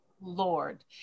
lord